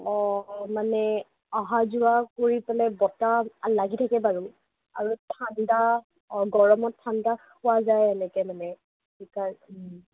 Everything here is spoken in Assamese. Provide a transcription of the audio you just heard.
মানে অহা যোৱা কৰি পেলাই বতাহ লাগি থাকে বাৰু আৰু ঠাণ্ডা গৰমত ঠাণ্ডা খোৱা যায় এনেকে মানে সেইকাৰণে